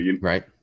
right